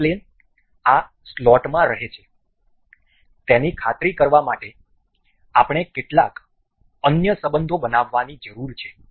આ પ્લેન આ સ્લોટમાં રહે છે તેની ખાતરી કરવા માટે આપણે કેટલાક અન્ય સંબંધો બનાવવાની જરૂર છે